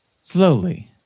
slowly